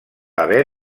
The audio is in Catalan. haver